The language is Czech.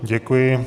Děkuji.